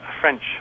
French